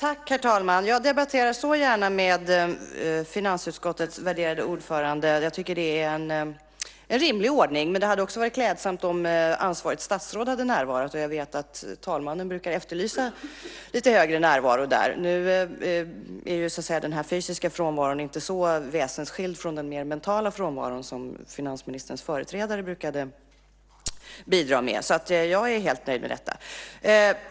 Herr talman! Jag debatterar så gärna med finansutskottets värderade ordförande. Jag tycker att det är en rimlig ordning. Men det hade också varit klädsamt om ansvarigt statsråd hade närvarat. Och jag vet att talmannen brukar efterlysa lite större närvaro där. Den här fysiska frånvaron är inte så väsensskild från den mer mentala frånvaro som finansministerns företrädare brukade bidra med. Så jag är helt nöjd med detta.